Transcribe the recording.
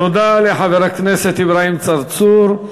תודה לחבר הכנסת אברהים צרצור.